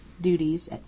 duties